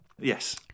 Yes